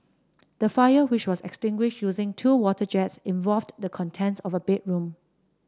the fire which was extinguished using two water jets involved the contents of a bedroom